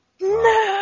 No